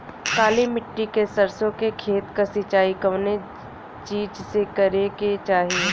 काली मिट्टी के सरसों के खेत क सिंचाई कवने चीज़से करेके चाही?